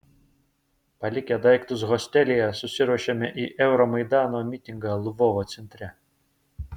palikę daiktus hostelyje susiruošėme į euromaidano mitingą lvovo centre